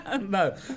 No